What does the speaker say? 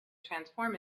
transform